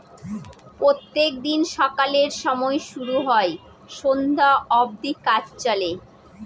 প্রত্যেক দিন সকালের সময় শুরু হয় সন্ধ্যা অব্দি কাজ চলে